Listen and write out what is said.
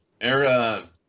Era